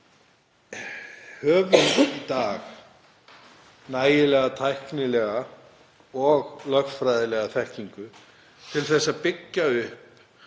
höfum í dag næga tæknilega og lögfræðilega þekkingu til að byggja upp